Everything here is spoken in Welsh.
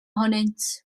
ohonynt